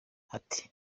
ati